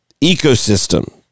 ecosystem